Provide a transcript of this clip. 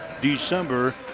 December